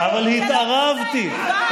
מה אתה מדבר שטויות?